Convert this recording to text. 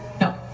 No